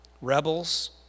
rebels